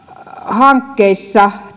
hankkeissa